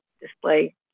display